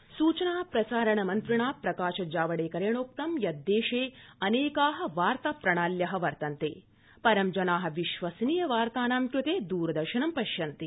दूरदर्शनम् सूचना प्रसारणमन्त्रिणा प्रकाश जावड़ेकरेणोक्तं यत् देशे अनेका वार्ता प्रणाल्य वर्तन्ते परं जना विश्वसनीय वार्तानां कृते द्रदर्शनं पश्यन्ति